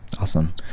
Awesome